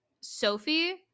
Sophie